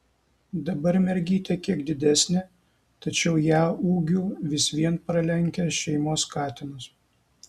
dabar mergytė kiek didesnė tačiau ją ūgiu vis vien pralenkia šeimos katinas